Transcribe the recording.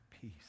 peace